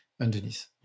underneath